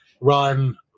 run